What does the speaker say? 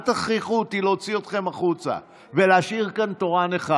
אל תכריחו אותי להוציא אתכם החוצה ולהשאיר כאן תורן אחד.